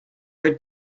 for